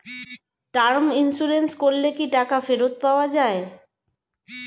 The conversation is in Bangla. টার্ম ইন্সুরেন্স করলে কি টাকা ফেরত পাওয়া যায়?